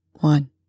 One